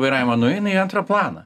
vairavimą nueina į antrą planą